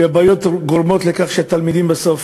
והבעיות גורמות לכך שהתלמידים בסוף